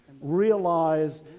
Realize